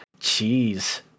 Jeez